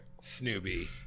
Snoopy